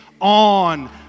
on